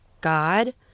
God